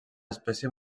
espècie